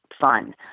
fun